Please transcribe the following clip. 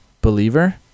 believer